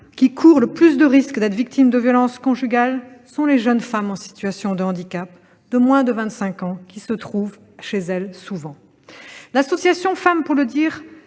qui courent le plus de risques d'être victimes de violences conjugales sont les jeunes femmes en situation de handicap de moins de 25 ans, qui se trouvent, souvent, chez elles. L'association Femmes pour le dire,